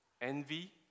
envy